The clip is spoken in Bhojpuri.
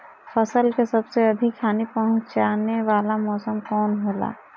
फसल के सबसे अधिक हानि पहुंचाने वाला मौसम कौन हो ला?